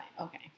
Okay